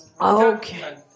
Okay